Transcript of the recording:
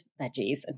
veggies